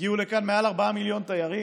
הגיעו לכאן מעל ארבעה מיליון תיירים,